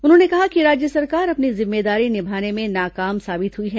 उन्होंने कहा कि राज्य सरकार अपनी जिम्मेदारी निभाने में नाकाम साबित हुई है